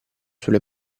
sulle